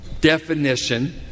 definition